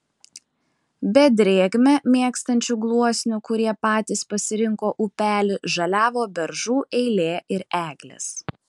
be drėgmę mėgstančių gluosnių kurie patys pasirinko upelį žaliavo beržų eilė ir eglės